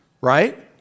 Right